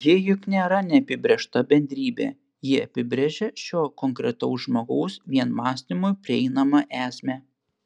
ji juk nėra neapibrėžta bendrybė ji apibrėžia šio konkretaus žmogaus vien mąstymui prieinamą esmę